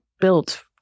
built